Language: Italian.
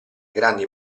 grandi